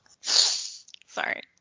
Sorry